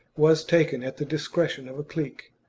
was taken at the discretion of a clique.